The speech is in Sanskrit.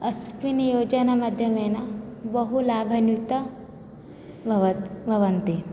अस्मिन् योजनामाध्यमेन बहुलाभान्विताः भवत् भवन्ति